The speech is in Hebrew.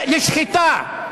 לשחיטה.